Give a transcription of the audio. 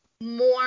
more